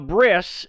Briss